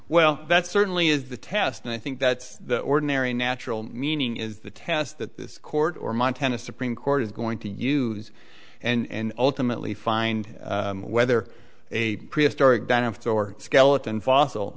well that's certainly is the test and i think that's the ordinary natural meaning is the test that this court or montana supreme court is going to use and ultimately find whether a prehistoric benefits or skeleton fossil